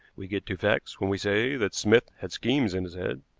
we get to facts when we say that smith had schemes in his head.